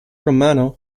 romano